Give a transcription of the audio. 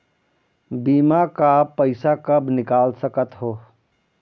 बीमा का पैसा कब निकाल सकत हो?